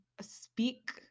speak